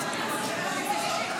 השם ייקום